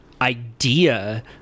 idea